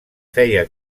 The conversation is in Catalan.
feia